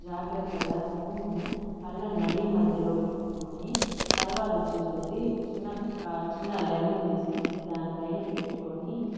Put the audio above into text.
జాగ్రత్తగా స్పూను పళ్ళ నడీ మధ్యలో పెట్టుకొని తర్వాత వచ్చేసి చిన్న కా చిన్న లెమన్ తీసుకొని దాని పైన పెట్టుకొని